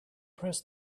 press